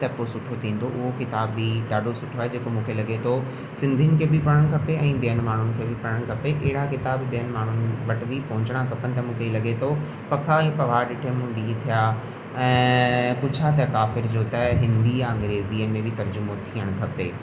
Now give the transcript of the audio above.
त पोइ सुठो थींदो उहो किताब बि ॾाढो सुठो आहे जेको मूंखे लॻे थो सिंधियुनि खे बि पढ़णु खपे ऐं ॿियनि माण्हुनि खे बि पढ़णु खपे अहिड़ा किताब ॿियनि माण्हुनि वटि बि पहुचणा खपनि त मूंखे लॻे थो पखा ऐं पवार ॾिठे मूं ॾीहं थी विया ऐं पुछा त काफ़िर जो त हिंदी या अंग्रेज़ीअ में बि तर्जुमो थियणु खपे